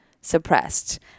suppressed